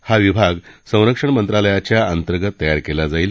हा विभाग संरक्षण मंत्रालयाच्या अंतर्गत तयार केला जाईल